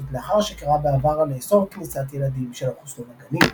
זאת לאחר שקרא בעבר לאסור כניסת ילדים שלא חוסנו לגנים.